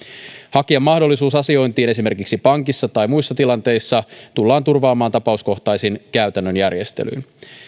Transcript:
hakijan mahdollisuus asiointiin esimerkiksi pankissa tai muissa tilanteissa tullaan turvaamaan tapauskohtaisin käytännön järjestelyin